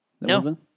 No